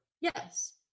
yes